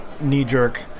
knee-jerk